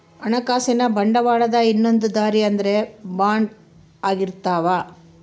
ಹಣಕಾಸಿನ ಬಂಡವಾಳದ ಇನ್ನೊಂದ್ ದಾರಿ ಅಂದ್ರ ಬಾಂಡ್ ಆಗಿರ್ತವ